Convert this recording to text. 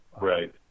right